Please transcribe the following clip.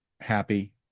happy